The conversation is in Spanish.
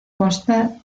consta